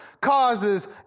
causes